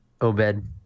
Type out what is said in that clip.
Obed